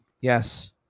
Yes